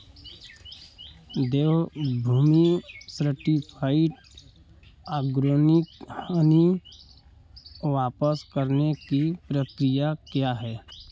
देवभूमि certified organic honey वापस करने की प्रक्रिया क्या है